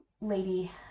lady